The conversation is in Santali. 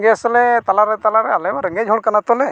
ᱞᱮ ᱛᱟᱞᱟᱨᱮ ᱛᱟᱞᱟᱨᱮ ᱟᱞᱮ ᱢᱟ ᱨᱮᱸᱜᱮᱡ ᱦᱚᱲ ᱠᱟᱱᱟᱛᱚᱞᱮ